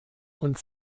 und